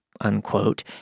unquote